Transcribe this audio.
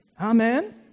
Amen